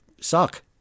suck